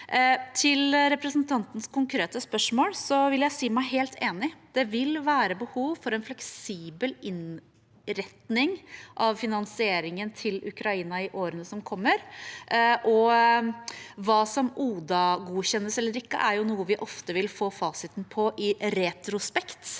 Til representantens konkrete spørsmål vil jeg si meg helt enig. Det vil være behov for en fleksibel innretning av finansieringen til Ukraina i årene som kommer. Hva som ODA-godkjennes eller ikke, er noe vi ofte vil få fasiten på i retrospekt,